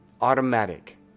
Automatic